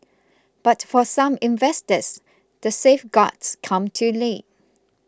but for some investors the safeguards come too late